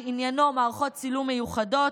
שעניינו מערכות צילום מיוחדות,